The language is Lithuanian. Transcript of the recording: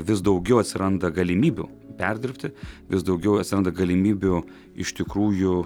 vis daugiau atsiranda galimybių perdirbti vis daugiau atsiranda galimybių iš tikrųjų